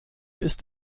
ist